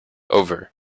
over